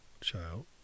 child